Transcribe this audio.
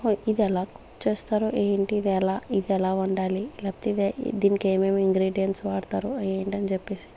ఇది ఎలా కుక్ చేస్తారో ఏంటి ఇది ఎలా ఇది ఎలా వండాలి లేకపోతే దీనికి ఏమేమి ఇంగ్రీడియంట్స్ వాడుతారు అవి ఏంటి అని చెప్పేసి